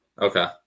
Okay